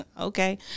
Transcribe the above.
Okay